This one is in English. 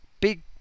big